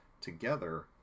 together